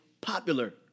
popular